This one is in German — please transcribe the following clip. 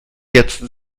jetzt